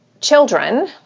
children